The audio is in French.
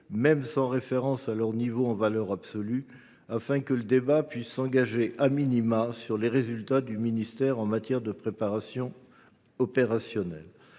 même sans référence à leur niveau en valeur absolue, afin que le débat puisse s’engager, à tout le moins, sur les résultats du ministère en matière de préparation opérationnelle.